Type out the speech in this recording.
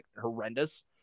horrendous